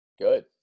Good